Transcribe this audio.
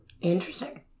Interesting